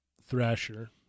Thrasher